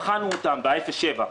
בחנו אותם בתחום אפס עד שבע,